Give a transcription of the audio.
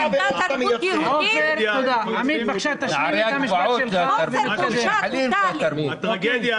--- נערי הגבעות ------ הטרגדיה,